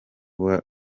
bujura